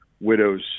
widows